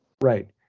right